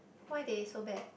why they so bad